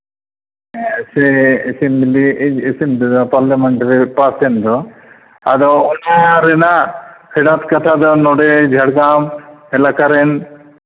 ᱥᱮ assembly assembly parliament ᱨᱮ ᱯᱟᱥᱮᱱ ᱫᱚ ᱟᱫᱚ ᱚᱱᱟ ᱨᱮᱱᱟᱜ ᱯᱷᱮᱰᱟᱛ ᱠᱟᱛᱷᱟ ᱫᱚ ᱱᱚᱸᱰᱮ ᱡᱷᱟᱲᱜᱨᱟᱢ ᱮᱞᱟᱠᱟ ᱨᱮᱱ